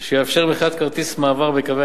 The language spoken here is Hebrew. במטרופולינים שיאפשר מכירת כרטיסי מעבר בקווי